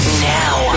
Now